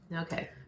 Okay